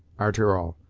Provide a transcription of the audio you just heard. a'ter all,